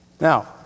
Now